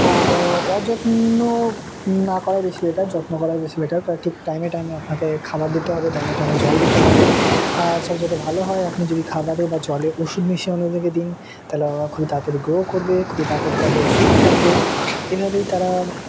আর অযত্ন না করাই বেশি বেটার যত্ন করাই বেশি বেটার ঠিক টাইমে টাইমে আপনাকে খাবার দিতে হবে টাইমে টাইমে জল দিতে হবে আর সব সাথতে ভালো হয় আপনি যদি খাবারে বা জলে ওষুধ মিশিয়ে অন্যদিকে দিন তাহলে ওারা খুব তাড়াতড়ি গ্রো করবে খুবই তাড়াতাড়ি তাদের ফিট থাকবে এভাবেই তারা